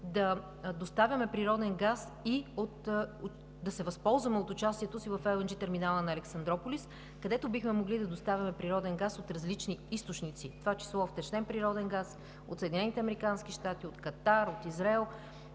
ни даде възможност да се възползваме от участието си в Ел Ен Джи терминала на Александруполис, където бихме могли да доставяме природен газ от различни източници, в това число втечнен природен газ, от САЩ, от Катар, от Израел,